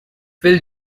phil